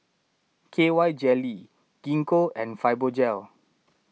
K Y Jelly Gingko and Fibogel